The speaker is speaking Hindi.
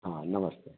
हाँ नमस्ते